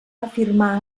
afirmar